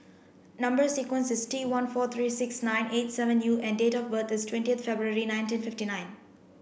number sequence is T one four three six nine eight seven U and date of birth is twentieth February nineteen fifty nine